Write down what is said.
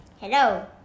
Hello